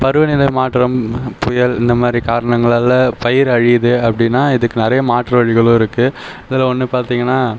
பருவநிலை மாற்றம் புயல் இந்த மாதிரி காரணங்களால் பயிர் அழியுது அப்படின்னால் இதுக்கு நிறைய மாற்று வழிகளும் இருக்குது அதில் ஒன்று பார்த்தீங்கன்னா